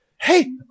Hey